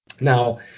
Now